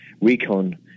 recon